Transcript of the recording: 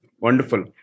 Wonderful